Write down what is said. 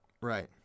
Right